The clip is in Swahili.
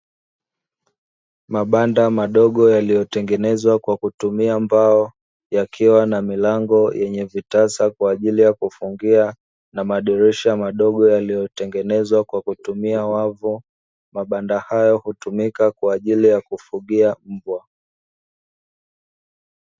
Mabanda madogo yaliyotengenezwa kwa kutumia mbao yakiwa na milango yenye vitasa kwa ajili ya kufungia na madirisha madogo yaliyotengenezwa kwa kutumia wavu, mabanda hayo hutumika kwa ajili ya kufugia mbwa.